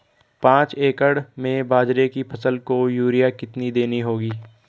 पांच एकड़ में बाजरे की फसल को यूरिया कितनी देनी होगी?